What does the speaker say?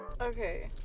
Okay